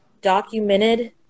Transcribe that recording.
documented